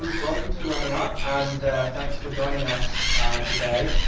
um welcome to the webinar, and thanks for joining us today.